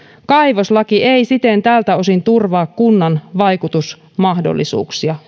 kaivoslaki ei siten tältä osin turvaa kunnan vaikutusmahdollisuuksia